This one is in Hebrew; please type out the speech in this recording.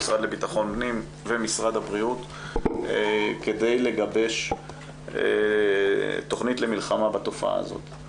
המשרד לביטחון פנים ומשרד הבריאות כדי לגבש תוכנית למלחמה בתופעה הזאת.